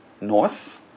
north